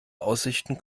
aussichten